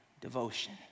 devotion